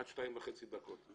עד שתיים וחצי דקות.